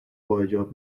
باحجاب